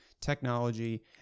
technology